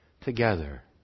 together